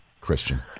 christian